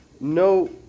no